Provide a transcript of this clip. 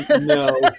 No